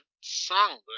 song